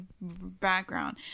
background